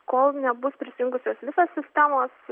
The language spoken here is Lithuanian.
kol nebus prisijungusios visos sistemos